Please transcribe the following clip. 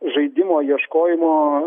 žaidimo ieškojimo